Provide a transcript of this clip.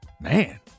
Man